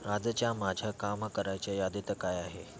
आजच्या माझ्या कामं करायच्या यादीत काय आहे